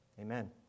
Amen